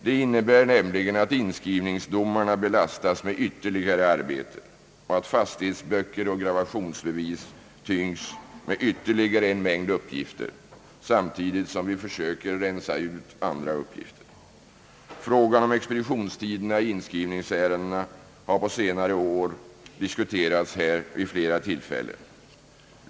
Det innebär nämligen att inskrivningsdomarna belastas med ytterligare arbete och att fastighetsböcker och gravationsbevis tyngs med ytterligare en mängd uppgifter, samtidigt som vi försöker rensa ut andra uppgifter. Frågan om expeditionstiderna i inskrivningsärenden har på senare år diskuterats här vid flera tillfällen.